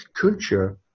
culture